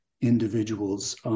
individuals